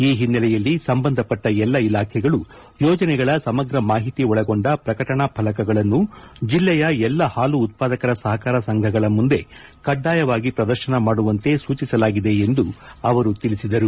ಈ ಹಿನ್ನೆಲೆಯಲ್ಲಿ ಸಂಬಂಧಪಟ್ಟ ಎಲ್ಲಾ ಇಲಾಖೆಗಳು ಯೋಜನೆಗಳ ಸಮಗ್ರ ಮಾಹಿತಿ ಒಳಗೊಂಡ ಪ್ರಕಟಣಾ ಫಲಕಗಳನ್ನು ಜಿಲ್ಲೆಯ ಎಲ್ಲಾ ಹಾಲು ಉತ್ಪಾದಕ ಸಹಕಾರ ಸಂಘಗಳ ಮುಂದೆ ಕಡ್ಡಾಯವಾಗಿ ಪ್ರದರ್ಶನ ಮಾಡುವಂತೆ ಸೂಚಿಸಲಾಗಿದೆ ಎಂದು ಅವರು ತಿಳಿಸಿದರು